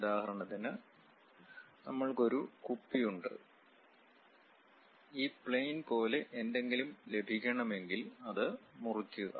ഉദാഹരണത്തിന് നമ്മൾക്ക് ഒരു കുപ്പി ഉണ്ട് ഈ പ്ലയിൻ പോലെ എന്തെങ്കിലും ലഭിക്കണമെങ്കിൽ അത് മുറിക്കുക